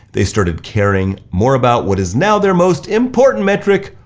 they started caring more about what is now their most important metric,